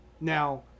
Now